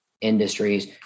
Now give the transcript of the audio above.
industries